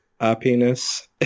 Happiness